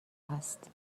هست